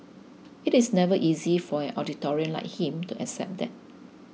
it's never easy for an authoritarian like him to accept that